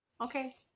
Okay